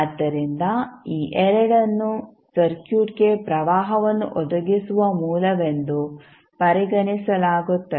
ಆದ್ದರಿಂದ ಈ 2 ಅನ್ನು ಸರ್ಕ್ಯೂಟ್ಗೆ ಪ್ರವಾಹವನ್ನು ಒದಗಿಸುವ ಮೂಲವೆಂದು ಪರಿಗಣಿಸಲಾಗುತ್ತದೆ